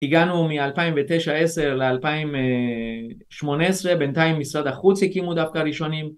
הגענו מאלפיים ותשע עשר לאלפיים שמונה עשרה בינתיים משרד החוץ הקימו דווקא הראשונים